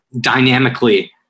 dynamically